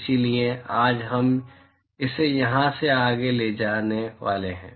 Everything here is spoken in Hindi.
इसलिए आज हम इसे यहां से आगे ले जाने वाले हैं